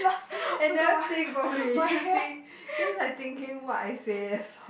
and never think properly just think just like thinking what I say that's all